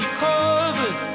covered